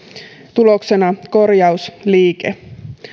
tuloksena korjausliike